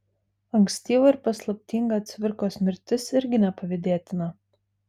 ankstyva ir paslaptinga cvirkos mirtis irgi nepavydėtina